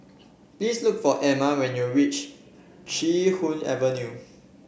please look for Ama when you reach Chee Hoon Avenue